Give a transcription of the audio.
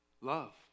Love